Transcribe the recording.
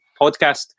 Podcast